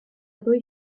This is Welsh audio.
dwy